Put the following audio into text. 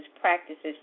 practices